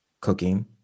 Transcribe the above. cooking